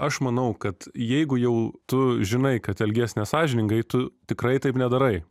aš manau kad jeigu jau tu žinai kad elgies nesąžiningai tu tikrai taip nedarai